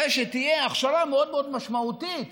שתהיה הכשרה מאוד מאוד משמעתית